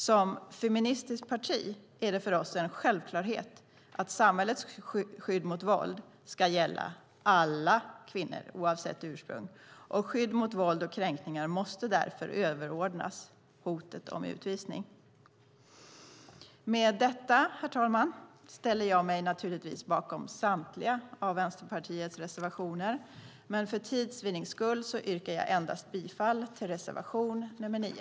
Som feministiskt parti är det för oss en självklarhet att samhällets skydd mot våld ska gälla alla kvinnor oavsett ursprung. Skydd mot våld och kränkningar måste därför överordnas hotet om utvisning. Med detta, herr talman, ställer jag mig naturligtvis bakom Vänsterpartiets samtliga reservationer, men för tids vinnande yrkar jag bifall endast till reservation nr 9.